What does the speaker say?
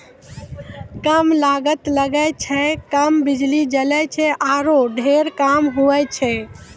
कम लागत लगै छै, कम बिजली जलै छै आरो ढेर काम होय छै